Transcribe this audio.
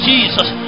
Jesus